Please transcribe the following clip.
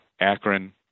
Akron